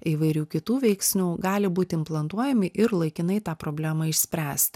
įvairių kitų veiksnių gali būt implantuojami ir laikinai tą problemą išspręsti